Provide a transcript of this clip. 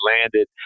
landed